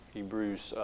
Hebrews